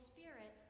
Spirit